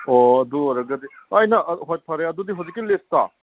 ꯑꯣ ꯑꯗꯨ ꯑꯣꯏꯔꯒꯗꯤ ꯑꯣ ꯑꯩꯅ ꯍꯣꯏ ꯐꯔꯦ ꯑꯗꯨꯗꯤ ꯍꯧꯖꯤꯛꯀꯤ ꯂꯤꯁꯇꯣ